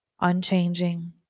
unchanging